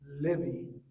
living